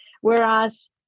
Whereas